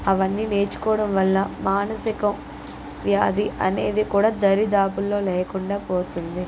అవన్నీ నేర్చుకోవడంవల్ల మానసిక వ్యాధి అనేది కూడా దరిదాపుల్లో లేకుండా పోతుంది